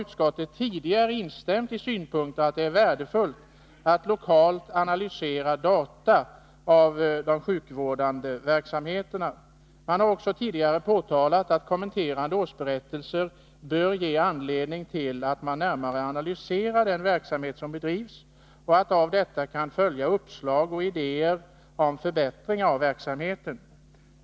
Utskottet har tidigare instämt i synpunkten att det är värdefullt att lokalt analysera data av den sjukvårdande verksamheten. Man har också tidigare påpekat att kommenterande årsberättelser bör ge anledning till att närmare analysera den verksamhet som bedrivs och att av detta kan följa uppslag och idéer om förbättringar av verksamheten.